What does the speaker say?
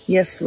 Yes